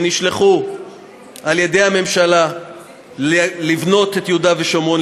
הם נשלחו בידי הממשלה לבנות את יהודה ושומרון,